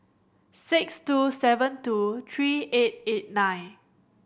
six two seven two three eight eight nine